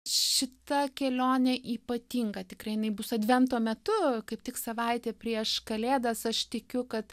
šita kelionė ypatinga tikrai jinai bus advento metu kaip tik savaitė prieš kalėdas aš tikiu kad